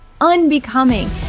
unbecoming